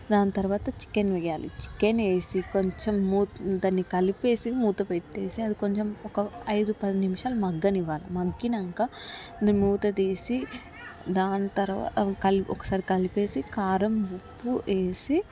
దాని తర్వాత చికెన్ వెయ్యాలి చికెనేసి కొంచెం ము దాన్ని కలిపేసి మూత పెట్టేసి అది కొంచెం ఒక ఐదు పది నిమిషాలు మగ్గనివ్వాలి మగ్గినాక అది మూత తీసి దాని తర్వా ఒకసారి కలిపేసి కారం ఉప్పు వేసి